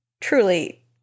truly